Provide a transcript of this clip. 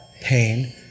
pain